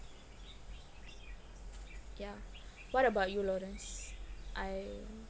yeah what about you lawrence I